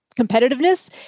competitiveness